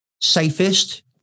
safest